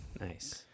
Nice